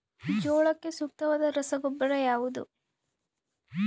ಜೋಳಕ್ಕೆ ಸೂಕ್ತವಾದ ರಸಗೊಬ್ಬರ ಯಾವುದು?